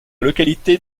localité